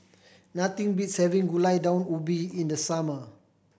nothing beats having Gulai Daun Ubi in the summer